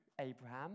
Abraham